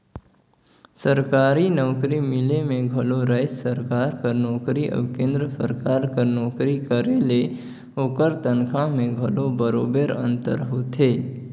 सरकारी नउकरी मिले में घलो राएज सरकार कर नोकरी अउ केन्द्र सरकार कर नोकरी करे ले ओकर तनखा में घलो बरोबेर अंतर होथे